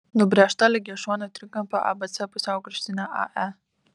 nubrėžta lygiašonio trikampio abc pusiaukraštinė ae